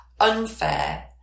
unfair